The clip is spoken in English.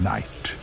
Night